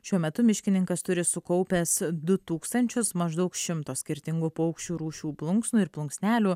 šiuo metu miškininkas turi sukaupęs du tūkstančius maždaug šimto skirtingų paukščių rūšių plunksnų ir plunksnelių